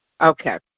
Okay